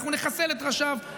אנחנו נחסל את ראשיו,